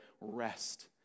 rest